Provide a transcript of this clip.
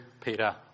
Peter